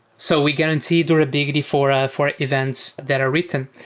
so we guarantee durability for ah for events that are written,